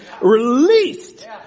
Released